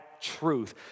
truth